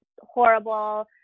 horrible